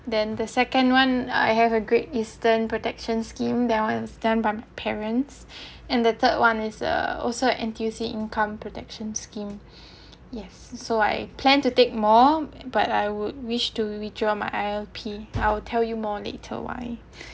then the second one I have a Great Eastern protection scheme that one is stand by my parents and the third one is uh also N_T_U_C income protection scheme yes so I plan to take more but I would wish to withdraw my I_L_P I'll tell you more later why